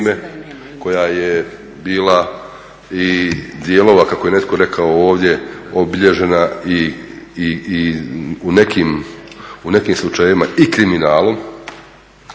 koja je bila i dijelova kako je netko rekao ovdje obilježena u nekim slučajevima i kriminalom